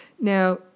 Now